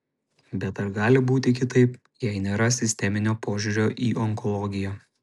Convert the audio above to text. bet ar gali būti kitaip jei nėra sisteminio požiūrio į onkologiją